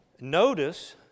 notice